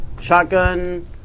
shotgun